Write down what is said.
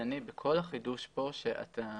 הפרטני בכל החידוש כאן שאתה